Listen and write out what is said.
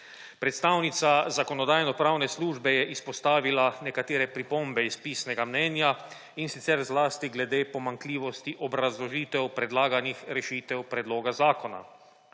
Predstavnica Zakonodajno-pravne službe je izpostavila nekatere pripombe iz pisnega mnenja, in sicer zlasti glede pomanjkljivosti obrazložitev predlaganih rešitev predloga zakona.